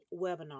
webinar